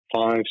five